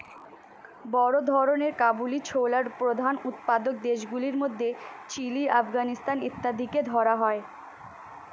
বড় ধরনের কাবুলি ছোলার প্রধান উৎপাদক দেশগুলির মধ্যে চিলি, আফগানিস্তান ইত্যাদিকে ধরা হয়